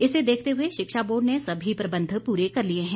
इसे देखते हुए शिक्षा बोर्ड ने सभी प्रबंध पूरे कर लिए हैं